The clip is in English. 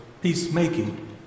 peacemaking